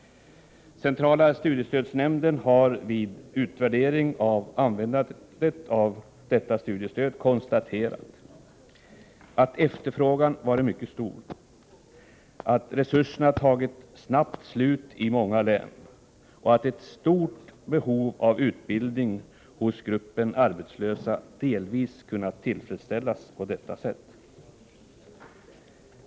Centrala studiestödsnämnden har vid sin utvärdering av användandet av detta studiestöd konstaterat att efterfrågan varit mycket stor, att resurserna snabbt tagit slut i många län och att ett stort utbildningsbehov hos gruppen arbetslösa delvis kunnat tillgodoses på detta sätt.